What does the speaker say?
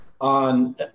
on